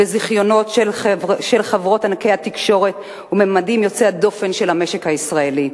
בזיכיונות של חברות ענקי התקשורת ובממדים יוצאי הדופן של המשק הישראלי.